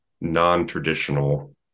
non-traditional